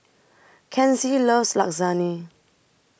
Kenzie loves Lasagne